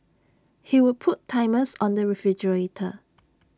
he would put timers on the refrigerator